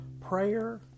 prayer